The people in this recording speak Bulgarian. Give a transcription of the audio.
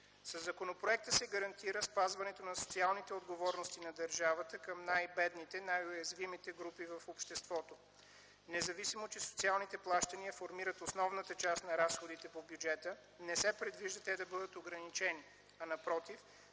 Със законопроекта се гарантира спазването на социалните отговорности на държавата към най-бедните, най-уязвимите групи в обществото. Независимо че социалните плащания формират основната част на разходите по бюджета не се предвижда те да бъдат ограничени, а напротив